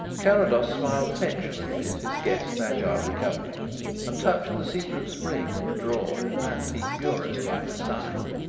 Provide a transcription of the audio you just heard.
carrados smiled affectionately at his guest's agile recovery and touched the secret spring of a drawer in an antique bureau by his side.